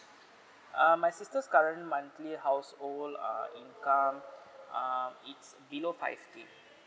err my sister's current monthly house old ah income ah its below five K